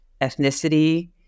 ethnicity